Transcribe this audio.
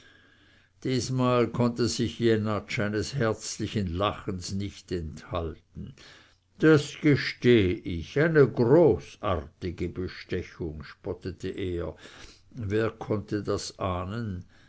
diesmal konnte sich jenatsch eines herzlichen lachens nicht enthalten das gesteh ich eine großartige bestechung spottete er wer konnte das ahnen